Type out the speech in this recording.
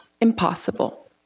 impossible